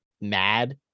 mad